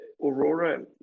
aurora